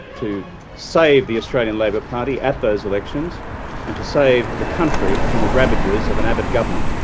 to save the australian labor party at those elections and to save the country from the ravages of an abbott government.